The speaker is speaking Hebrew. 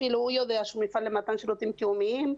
שהוא יודע שהוא מפעל למתן שירותים קיומיים,